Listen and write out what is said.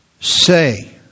say